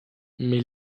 mais